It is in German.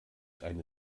eine